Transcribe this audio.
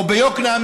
או ביקנעם,